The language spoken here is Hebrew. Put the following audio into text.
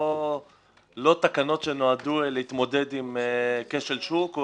לא תקנות שנועדו להתמודד עם כשל שוק או